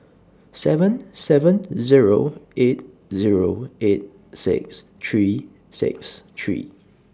seven seven Zero eight Zero eight six three six three